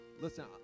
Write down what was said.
Listen